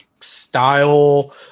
style